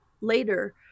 Later